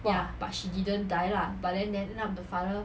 !whoa!